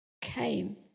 came